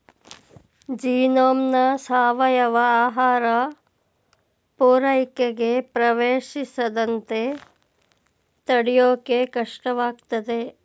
ಜೀನೋಮ್ನ ಸಾವಯವ ಆಹಾರ ಪೂರೈಕೆಗೆ ಪ್ರವೇಶಿಸದಂತೆ ತಡ್ಯೋಕೆ ಕಷ್ಟವಾಗ್ತದೆ